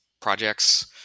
projects